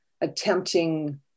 attempting